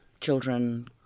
children